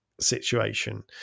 situation